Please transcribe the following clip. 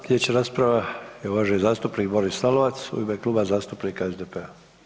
Slijedeća rasprava je uvaženi zastupnik Boris Lalovac u ime Kluba zastupnika SDP-a.